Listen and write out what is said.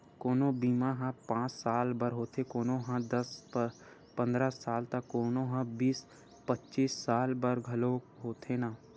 कोनो बीमा ह पाँच साल बर होथे, कोनो ह दस पंदरा साल त कोनो ह बीस पचीस साल बर घलोक होथे न